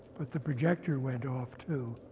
but the projector went off too.